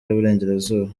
y’uburengerazuba